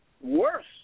worse